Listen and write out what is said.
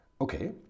Okay